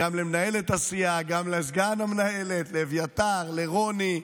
גם למנהלת הסיעה, גם לסגן המנהלת, לאביתר, לרוני,